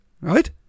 right